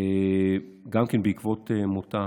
גם כן בעקבות מותה